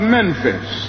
Memphis